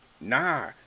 nah